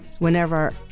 Whenever